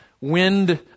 wind